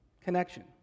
connection